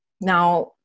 Now